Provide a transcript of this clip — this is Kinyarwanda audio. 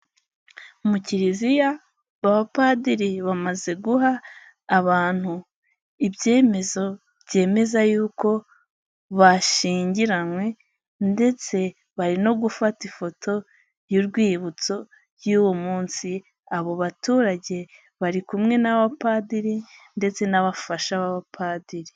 Mu kiliziya abapadiri bamaze guha abantu ibyemezo byemeza y'uko bashyingiranywe ndetse bari no gufata ifoto y'urwibutso y'uwo munsi abo baturage bari kumwe n'abapadiri ndetse n'abafasha b'abapadiri.